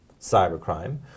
cybercrime